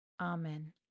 Amen